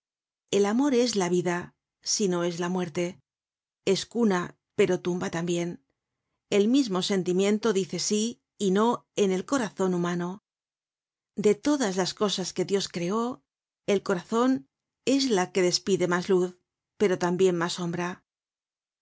el amor es la vida si no es la muerte es cuna pero tumba tambien el mismo sentimiento dice sí y no en el corazon humano de todas las cosas que dios creó el corazon es la que despide mas luz pero tambien mas sombra